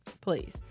Please